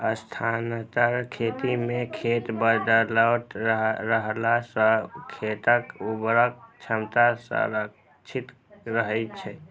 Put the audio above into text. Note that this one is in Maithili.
स्थानांतरण खेती मे खेत बदलैत रहला सं खेतक उर्वरक क्षमता संरक्षित रहै छै